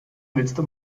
willste